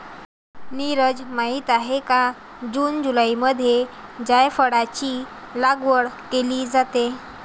नीरज माहित आहे का जून जुलैमध्ये जायफळाची लागवड केली जाते